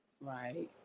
right